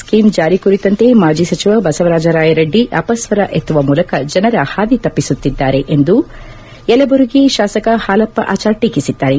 scheme ಜಾರಿ ಕುರಿತಂತೆ ಮಾಜಿ ಸಚಿವ ಬಸವರಾಜ ರಾಯರೆಡ್ಡಿ ಅಪಸ್ತರ ಎತ್ತುವ ಮೂಲಕ ಜನರ ಹಾದಿ ತಪ್ಪಿಸುತ್ತಿದ್ದಾರೆ ಎಂದು ಯಲಬುರಗಿ ಶಾಸಕ ಹಾಲಪ್ಪ ಆಚಾರ್ ಟೀಕಿಸಿದ್ದಾರೆ